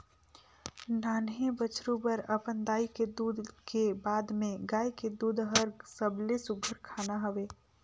नान्हीं बछरु बर अपन दाई के दूद के बाद में गाय के दूद हर सबले सुग्घर खाना हवे